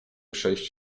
przejść